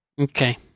Okay